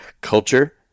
Culture